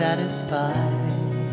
Satisfied